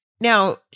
Now